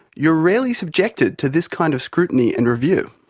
you are rarely subjected to this kind of scrutiny and review.